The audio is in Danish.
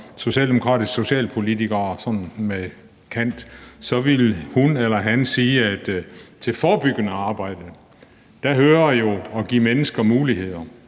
socialdemokratiske socialpolitikere med kant, så ville hun eller han sige, at der til forebyggende arbejde jo hører at give mennesker reelle muligheder